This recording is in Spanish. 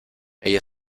ella